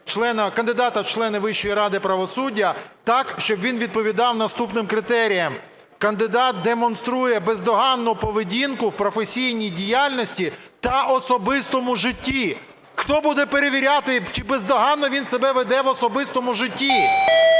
кандидата в члени Вищої ради правосуддя так, щоб він відповідав наступним критеріям: "кандидат демонструє бездоганну поведінку в професійній діяльності та особистому житті". Хто буде перевіряти чи бездоганно він себе веде в особистому житті?